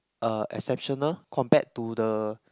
uh exceptional compared to the